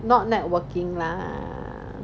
not networking lah